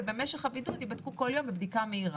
ובמשך הבידוד ייבדקו כל יום בבדיקה מהירה,